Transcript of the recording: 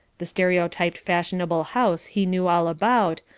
the stereotyped fashionable house he knew all about,